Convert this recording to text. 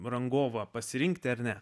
rangovą pasirinkti ar ne